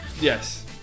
Yes